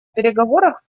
переговорах